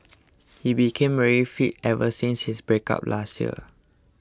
he became very fit ever since his breakup last year